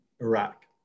Iraq